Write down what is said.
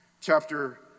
chapter